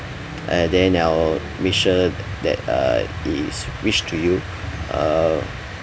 and then I will make sure that that uh it is reach to you uh